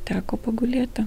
teko pagulėti